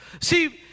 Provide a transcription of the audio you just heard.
See